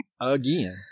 again